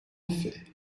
effet